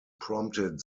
prompted